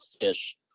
fish